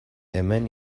hemen